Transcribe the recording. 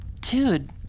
dude